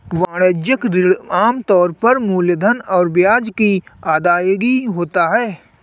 वाणिज्यिक ऋण आम तौर पर मूलधन और ब्याज की अदायगी होता है